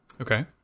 Okay